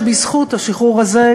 שבזכות השחרור הזה,